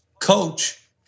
coach